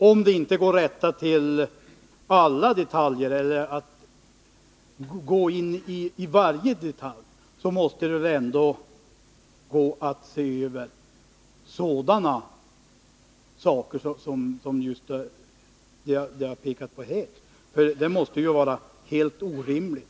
Om det inte är möjligt att gå in i varje detalj, så måste det ändå vara möjligt att se över sådant som jag har pekat på här.